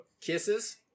Kisses